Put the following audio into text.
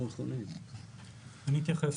אני אתייחס.